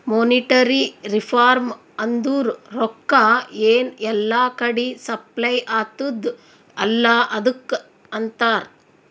monetary reform ಅಂದುರ್ ರೊಕ್ಕಾ ಎನ್ ಎಲ್ಲಾ ಕಡಿ ಸಪ್ಲೈ ಅತ್ತುದ್ ಅಲ್ಲಾ ಅದುಕ್ಕ ಅಂತಾರ್